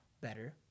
better